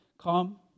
Come